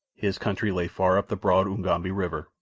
his country lay far up the broad ugambi river,